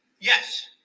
Yes